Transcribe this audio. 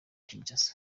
kinshasa